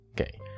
okay